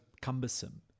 cumbersome